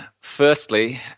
Firstly